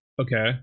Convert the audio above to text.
Okay